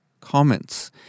comments